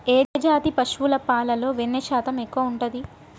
ఏ జాతి పశువుల పాలలో వెన్నె శాతం ఎక్కువ ఉంటది?